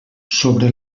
sobre